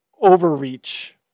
overreach